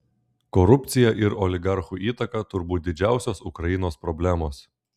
korupcija ir oligarchų įtaka turbūt didžiausios ukrainos problemos